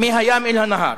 מהים אל הנהר.